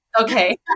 okay